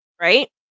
right